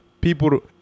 people